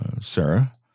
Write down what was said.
Sarah